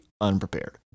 unprepared